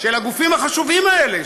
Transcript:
של הגופים החשובים האלה,